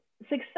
success